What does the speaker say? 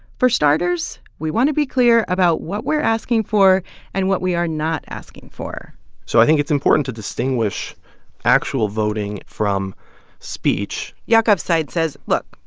for starters, we want to be clear about what we're asking for and what we are not asking for so i think it's important to distinguish actual voting from speech yaakov's side says, look,